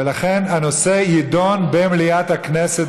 ולכן הנושא יידון במליאת הכנסת,